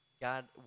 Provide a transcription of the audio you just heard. God